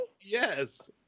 Yes